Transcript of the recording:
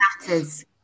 matters